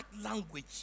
language